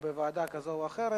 בוועדה כזאת או אחרת.